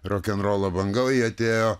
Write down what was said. rokenrolo banga o ji atėjo